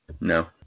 No